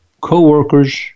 co-workers